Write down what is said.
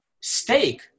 steak